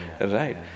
Right